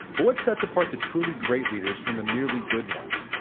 but what sets apart the truly great leaders from the merely good ones.